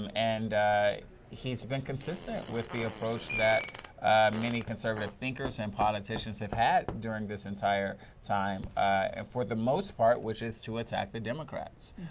um and he has been consistent with the approach that many conservative thinkers and politicians have had during this entire time and for the most part which is to attack the democrats.